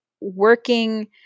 working